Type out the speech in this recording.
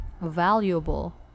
valuable